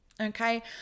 okay